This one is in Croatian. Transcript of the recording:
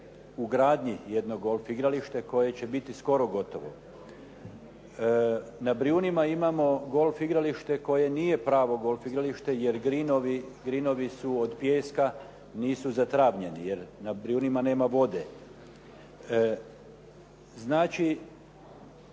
u gradnji jedno golf igralište koje će biti skoro gotovo. Na Brijunima imamo golf igralište koje nije pravo golf igralište jer grinovi su od pijeska, nisu zatravnjeni jer na Brijunima nema vode. Znači,